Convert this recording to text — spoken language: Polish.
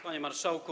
Panie Marszałku!